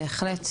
בהחלט.